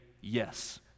yes